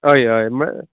हय हय मळ